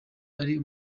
ari